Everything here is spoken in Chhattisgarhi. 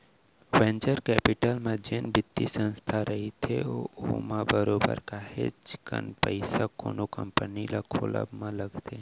वेंचर कैपिटल म जेन बित्तीय संस्था रहिथे ओमा बरोबर काहेच कन पइसा कोनो कंपनी ल खोलब म लगथे